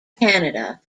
canada